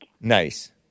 Nice